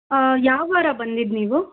ಯಾವ ವಾರ ಬಂದಿದ್ದು ನೀವು